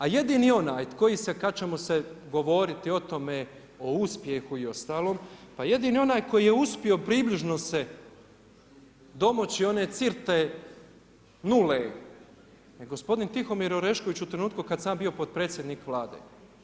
A jedini onaj koji se, kada ćemo govoriti o tome o uspjehu i ostalom, pa jedini onaj koji je uspio približno se domoći one … nule, je gospodin Tihomir Orešković u trenutku kada sam ja bio potpredsjednik Vlade.